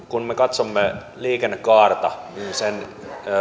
kun me katsomme liikennekaarta niin sen